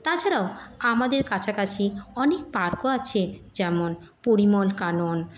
তাছাড়াও আমাদের কাছাকাছি অনেক পার্কও আছে যেমন পরিমল কানন